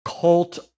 cult